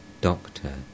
Doctor